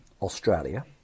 Australia